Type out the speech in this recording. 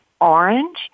orange